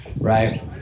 right